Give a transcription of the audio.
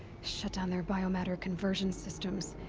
shut down their biomatter conversion systems.